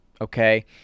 okay